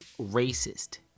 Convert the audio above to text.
racist